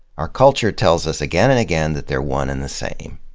our culture tells us again and again that they're one in the same.